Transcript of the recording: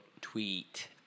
Tweet